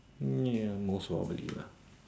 ya most probably lah